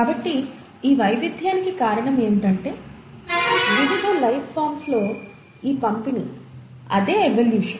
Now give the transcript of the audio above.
కాబట్టి ఈ వైవిధ్యానికి కారణం ఏమిటంటే వివిధ లైఫ్ ఫార్మ్స్ లో ఈ పంపిణీఅదే ఎవల్యూషన్